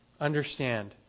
understand